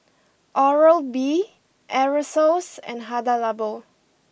Oral B Aerosoles and Hada Labo